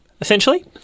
essentially